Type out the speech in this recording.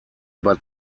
über